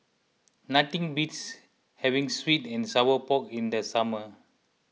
nothing beats having Sweet and Sour Pork in the summer